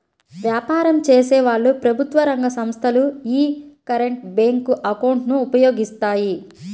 వ్యాపారం చేసేవాళ్ళు, ప్రభుత్వ రంగ సంస్ధలు యీ కరెంట్ బ్యేంకు అకౌంట్ ను ఉపయోగిస్తాయి